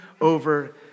over